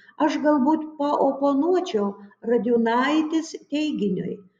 aš galbūt paoponuočiau radiunaitės teiginiui